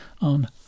on